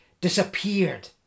disappeared